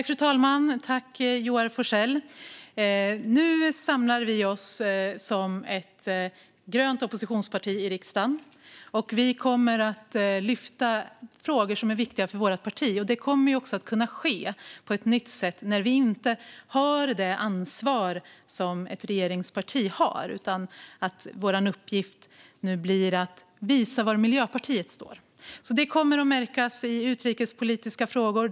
Fru talman! Nu samlar vi oss som ett grönt oppositionsparti i riksdagen. Vi kommer att lyfta fram frågor som är viktiga för vårt parti. Det kommer också att kunna ske på ett nytt sätt när vi inte har det ansvar som ett regeringsparti har, utan vår uppgift blir nu att visa var Miljöpartiet står. Det kommer att märkas i utrikespolitiska frågor.